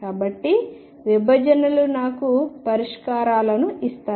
కాబట్టి విభజనలు నాకు పరిష్కారాలను ఇస్తాయి